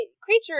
creature